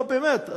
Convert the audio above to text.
לא באמת.